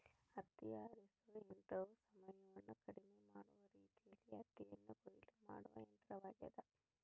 ಹತ್ತಿ ಆರಿಸುವ ಯಂತ್ರವು ಸಮಯವನ್ನು ಕಡಿಮೆ ಮಾಡುವ ರೀತಿಯಲ್ಲಿ ಹತ್ತಿಯನ್ನು ಕೊಯ್ಲು ಮಾಡುವ ಯಂತ್ರವಾಗ್ಯದ